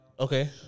Okay